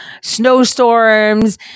snowstorms